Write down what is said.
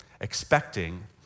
expecting